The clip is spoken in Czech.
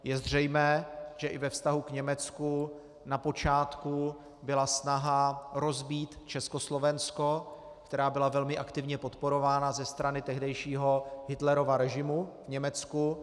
Je zřejmé, že i ve vztahu k Německu na počátku byla snaha rozbít Československo, která byla velmi aktivně podporována ze strany tehdejšího Hitlerova režimu v Německu.